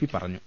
P പറഞ്ഞു